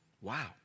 Wow